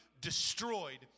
destroyed